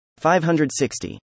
560